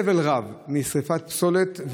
סבל רב, משרפת פסולת.